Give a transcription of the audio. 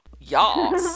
Y'all